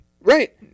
Right